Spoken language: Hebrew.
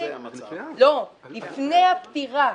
לפני הפטירה,